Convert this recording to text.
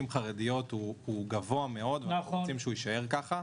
חרדיות הוא גבוה מאוד ואנחנו רוצים שהוא יישאר ככה.